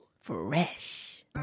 Fresh